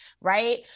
right